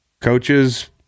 coaches